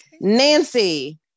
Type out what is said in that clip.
Nancy